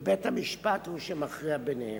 ובית-המשפט הוא שמכריע ביניהם.